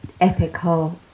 ethical